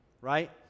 right